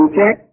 check